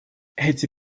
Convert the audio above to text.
эти